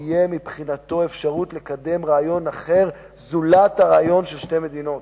מבחינתו לא תהיה אפשרות לקדם רעיון אחר זולת הרעיון של שתי מדינות.